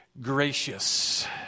gracious